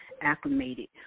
acclimated